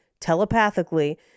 telepathically